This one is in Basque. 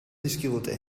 dizkigute